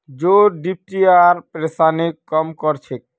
जौ डिप्थिरियार परेशानीक कम कर छेक